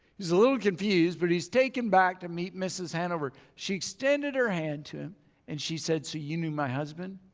he's a little confused but he's taken back to meet mrs. hanover. she extended her hand to him and she said so you knew my husband.